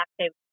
active